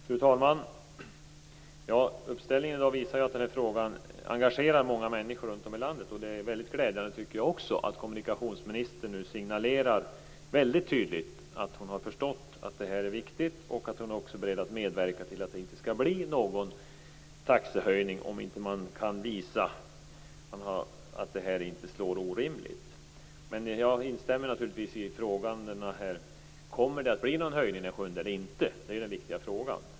Fru talman! Uppslutningen i dag visar att den här frågan engagerar många människor runt om i landet. Det är glädjande, tycker jag, att kommunikationsministern nu tydligt signalerar att hon har förstått att det här är viktigt och att hon är beredd att medverka till att det inte skall bli någon taxehöjning om man inte kan visa att det inte slår orimligt. Men jag instämmer naturligtvis i frågan: Kommer det att bli någon höjning den 7 november eller inte? Det är den viktiga frågan.